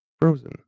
frozen